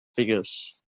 figures